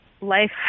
life